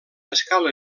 escala